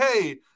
hey